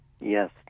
Yes